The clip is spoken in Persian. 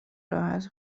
راحت